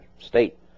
state